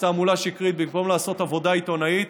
תעמולה שקרית במקום לעשות עבודה עיתונאית.